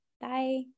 Bye